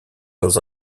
dans